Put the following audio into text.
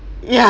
yeah